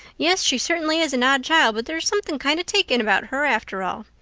yes, she certainly is an odd child, but there is something kind of taking about her after all.